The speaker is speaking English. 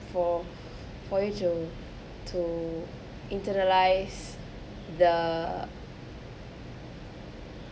for for you to to internalise the